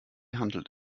handelt